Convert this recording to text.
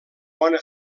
bona